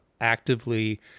actively